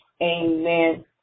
amen